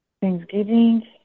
Thanksgiving